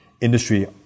industry